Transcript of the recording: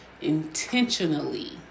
Intentionally